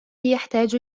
يحتاج